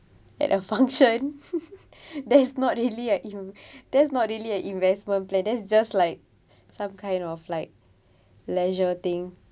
at a function that is not really a in~ that's not really a investment plan that's just like some kind of like leisure thing